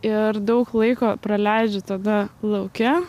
ir daug laiko praleidžia tada lauke